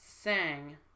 sang